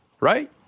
Right